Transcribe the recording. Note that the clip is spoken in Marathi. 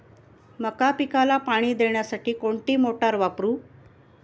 मका पिकाला पाणी देण्यासाठी कोणती मोटार वापरू?